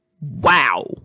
Wow